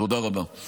תודה רבה.